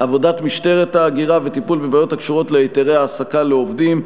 עבודת משטרת ההגירה וטיפול בבעיות הקשורות להיתרי העסקה לעובדים,